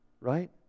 right